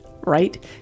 right